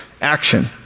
action